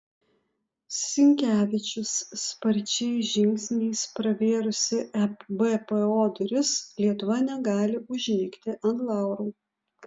sinkevičius sparčiais žingsniais pravėrusi ebpo duris lietuva negali užmigti ant laurų